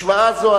משוואה זו,